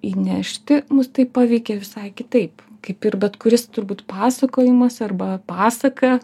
įnešti mus taip paveikia visai kitaip kaip ir bet kuris turbūt pasakojimas arba pasaka